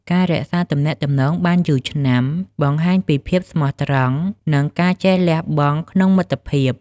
ការរក្សាទំនាក់ទំនងបានយូរឆ្នាំ បង្ហាញពីភាពស្មោះត្រង់ និងការចេះលះបង់ក្នុងមិត្តភាព។